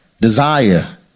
desire